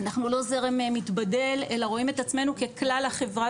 אנחנו לא זרם מתבדל אלא רואים את עצמנו ככלל החברה